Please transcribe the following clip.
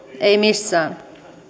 ei missään